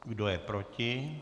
Kdo je proti?